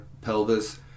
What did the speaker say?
pelvis